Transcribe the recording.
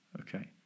okay